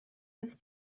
oeddet